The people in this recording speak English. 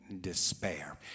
despair